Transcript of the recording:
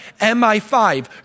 MI5